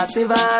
Siva